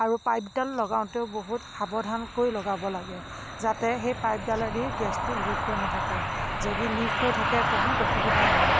আৰু পাইপডাল লগাওঁতেও বহুত সাৱধানকৈ লগাব লাগে যাতে সেই পাইপডালেদি গেছটো লীক হৈ নেথাকে যদি লীক হৈ থাকে বহুত অসুবিধা হয়